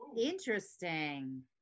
interesting